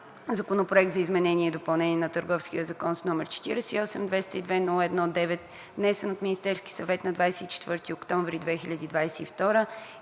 Законопроект за изменение и допълнение на Търговския закон, № 48-202-01-9, внесен от Министерския съвет на 24 октомври 2022